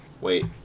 Wait